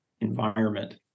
environment